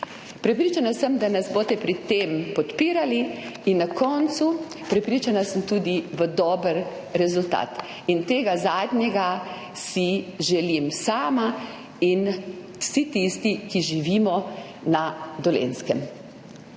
Prepričana sem, da nas boste pri tem podpirali. In na koncu, prepričana sem tudi v dober rezultat. Tega zadnjega si želim sama in vsi tisti, ki živimo na Dolenjskem.